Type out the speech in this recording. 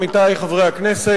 עמיתי חברי הכנסת,